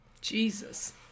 Jesus